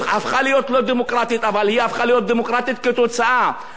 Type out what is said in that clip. אבל היא הפכה להיות לא דמוקרטית בגלל ההתערבות הגסה של חלק